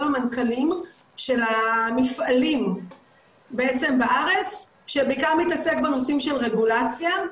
המנכ"לים של המפעלים בארץ שבעיקר מתעסק בנושאים של רגולציה.